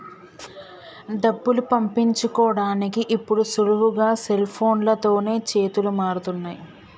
డబ్బులు పంపించుకోడానికి ఇప్పుడు సులువుగా సెల్ఫోన్లతోనే చేతులు మారుతున్నయ్